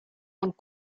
und